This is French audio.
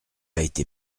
été